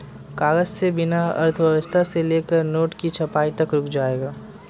कागज के बिना अर्थव्यवस्था से लेकर नोट की छपाई तक रुक जाएगा